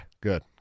good